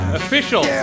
official